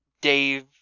Dave